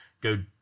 go